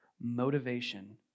motivation